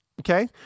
Okay